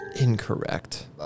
incorrect